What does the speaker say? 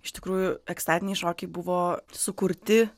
iš tikrųjų ekstatiniai šokiai buvo sukurti